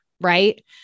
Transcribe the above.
right